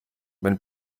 wenn